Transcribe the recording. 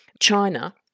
China